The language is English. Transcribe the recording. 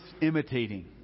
imitating